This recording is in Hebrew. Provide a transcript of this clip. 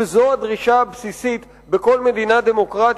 שזו הדרישה הבסיסית בכל מדינה דמוקרטית,